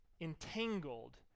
entangled